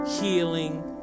healing